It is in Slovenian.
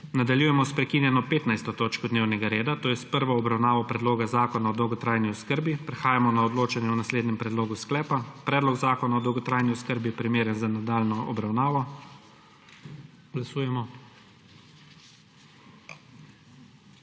Nadaljujemo s prekinjeno 15. točko dnevnega reda, to je s prvo obravnavo Predloga zakona o dolgotrajni oskrbi. Prehajamo na odločanje o naslednjem predlogu sklepa: Predlog Zakona o dolgotrajni oskrbi je primeren za nadaljnjo obravnavo. Glasujemo.